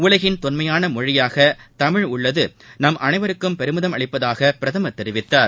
உலகின் தொன்மையான மொழியாக தமிழ் உள்ளது நாம் அனைவருக்கும் பெருமிதம் அளிப்பதாக பிரதமர் தெரிவித்தார்